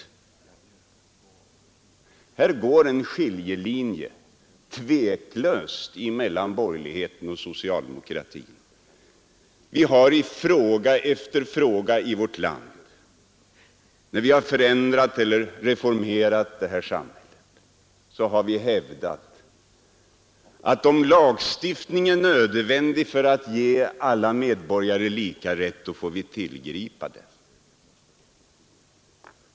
Här går tveklöst en skiljelinje mellan borgerligheten och socialdemokratin. Vi har i fråga efter fråga hävdat, att om en lagstiftning är nödvändig för att ge alla medborgare lika rätt när vi ändrar och reformerar samhället, så får vi tillgripa den.